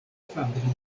fabriko